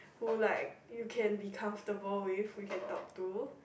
who like you can be comfortable with you can talk to